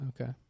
Okay